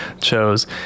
chose